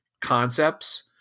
concepts